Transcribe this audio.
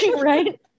right